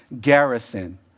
garrison